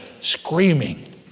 screaming